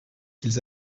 qu’ils